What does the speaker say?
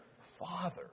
Father